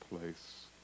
place